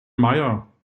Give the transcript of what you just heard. meier